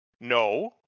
No